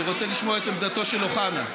אני רוצה לשמוע את עמדתו של אוחנה.